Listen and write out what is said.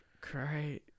great